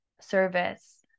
service